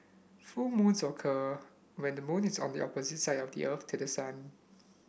full moons occur when the moon is on the opposite side of the Earth to the sun